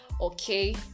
okay